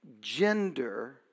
gender